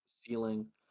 ceiling